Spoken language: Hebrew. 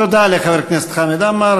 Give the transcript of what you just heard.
תודה לחבר הכנסת חמד עמאר.